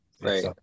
Right